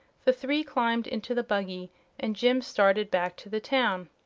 the three climbed into the buggy and jim started back to the town.